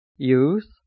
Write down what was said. Youth